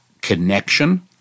connection